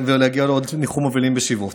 ולהגיע לעוד ניחום אבלים ושבעות.